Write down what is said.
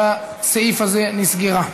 בסעיף הזה נסגרה.